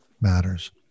matters